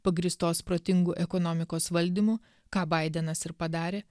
pagrįstos protingu ekonomikos valdymu ką baidenas ir padarė